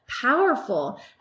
powerful